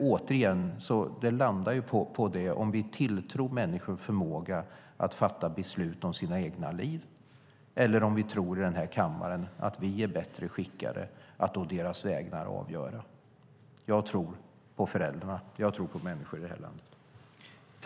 Återigen handlar det om huruvida vi tilltror människor förmåga att fatta beslut om sina egna liv eller om vi tror att vi i den här kammaren är bättre skickade att å deras vägnar avgöra. Jag tror på föräldrarna; jag tror på människor i det här landet.